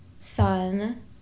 Sun